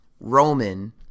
Roman